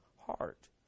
heart